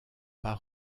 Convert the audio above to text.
pas